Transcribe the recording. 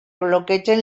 bloquegen